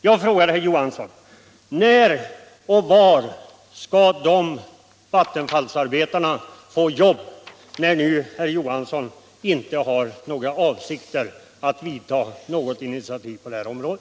Jag frågar herr Johansson: När och var skall dessa vattenfallsarbetare få jobb, när nu herr Johansson inte har för avsikt att ta något initiativ på detta område?